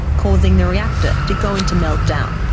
causing the reactor to go into meltdown.